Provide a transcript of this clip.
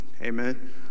amen